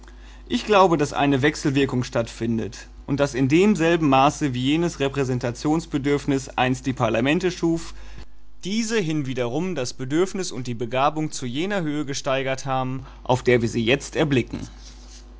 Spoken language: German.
ich glaube daß eine wechselwirkung stattfindet und daß in demselben maße wie jenes repräsentationsbedürfnis einst die parlamente schuf diese hinwiederum das bedürfnis und die begabung zu jener höhe gesteigert haben auf der wir sie jetzt erblicken